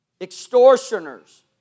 extortioners